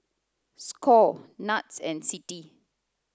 Score NETS and CITI